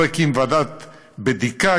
לא הקים ועדת בדיקה,